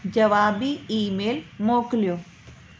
जवाबी ईमेल मोकिलियो